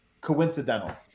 coincidental